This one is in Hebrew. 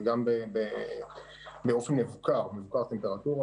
וגם באופן מבוקר טמפרטורה,